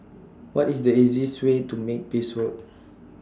What IS The easiest Way to Makepeace Road